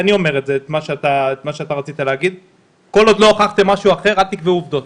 כל עוד לא הוכחתם משהו אחר, אל תקבעו עובדות.